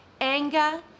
anger